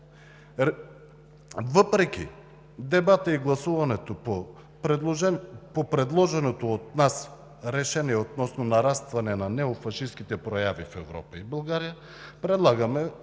въпреки дебата и гласуването по предложеното от нас Решение относно нарастване на неофашистките прояви в Европа и България, предлагаме